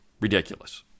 Ridiculous